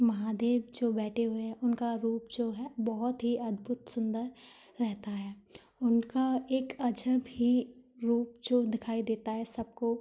महादेव जो बैठे हुए उनका रूप जो है बहुत ही अद्भुत सुंदर रहता है उनका एक अजब ही रूप जो दिखाई देता है सबको